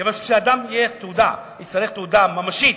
כיוון שכשאדם יצטרך תעודה ממשית,